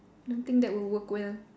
don't think that would work well